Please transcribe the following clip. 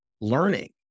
learning